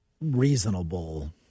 reasonable